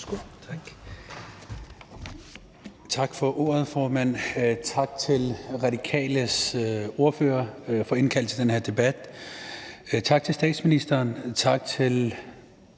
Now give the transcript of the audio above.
Tak for ordet, formand. Tak til Radikales ordfører for at indkalde til den her debat. Tak til statsministeren, tak til